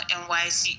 nyc